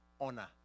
honor